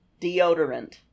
Deodorant